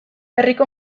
herriko